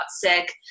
sick